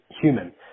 human